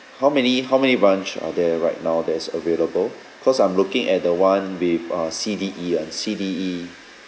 how many how many branch are there right now that's available cause I'm looking at the one with uh C D E [one] C D E